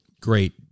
great